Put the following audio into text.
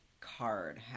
card